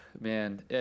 man